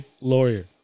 Lawyer